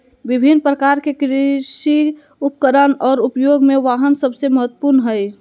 विभिन्न प्रकार के कृषि उपकरण और उपयोग में वाहन सबसे महत्वपूर्ण हइ